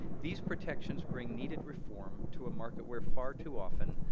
these protections bring needed reform to a market where, far too often,